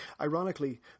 Ironically